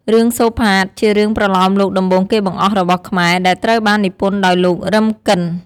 រឿងសូផាត ជារឿងប្រលោមលោកដំបូងគេបង្អស់របស់ខ្មែរ ដែលត្រូវបាននិពន្ធដោយ លោក រឹម គិន។